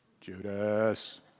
Judas